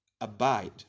abide